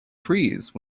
freeze